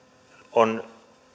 on